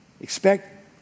expect